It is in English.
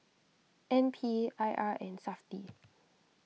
N P I R and SAFTI